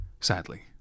Sadly